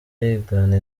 yigana